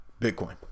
Bitcoin